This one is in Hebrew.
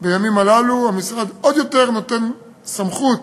בימים הללו המשרד נותן עוד יותר סמכות